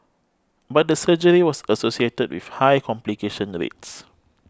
but the surgery was associated with high complication rates